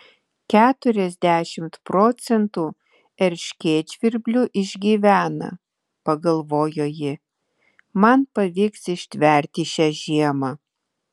keturiasdešimt procentų erškėtžvirblių išgyvena pagalvojo ji man pavyks ištverti šią žiemą